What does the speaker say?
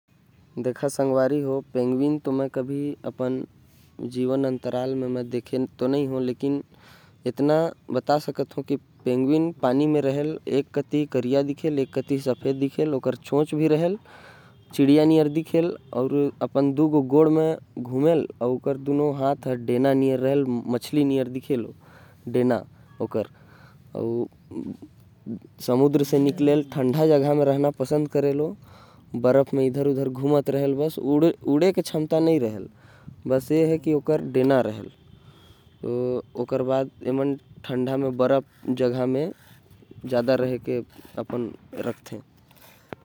मैं कभी पेंगुइन देखे तो नही हो लेकिन अगर मोर से पूछिया तो। ओके पक्षी कहथे जेहर ठंडा जगह म रहथे। ओ हर दु पैर म चलथे एक तरफ से करिया दिखथे। अउ एक तरफ से सफेद दिखथे। ओकर पूरा चाल चलन पक्षी वाला होथे।